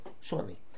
shortly